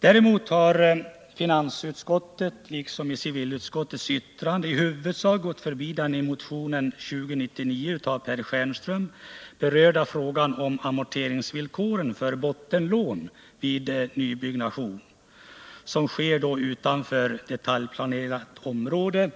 Däremot har finansutskottet i sitt betänkande, liksom civilutskottet i sitt yttrande, i huvudsak gått förbi den i motionen 2099 berörda frågan om amorteringsvillkoren för bottenlån vid nybyggnad, där byggnationen sker utanför detaljplanelagt område